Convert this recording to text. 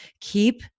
Keep